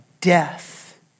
death